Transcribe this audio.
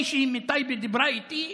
מישהי מטייבה שדיברה איתי,